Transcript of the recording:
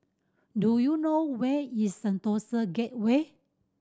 do you know where is Sentosa Gateway